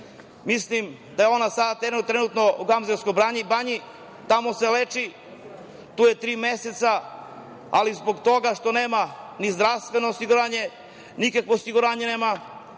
Mislim da je on sada u Gamzigradskoj banji, tamo se leči. Tu je tri meseca, ali zbog toga što nema ni zdravstveno osiguranje, nikakvo osiguranje nema,